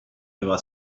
aveva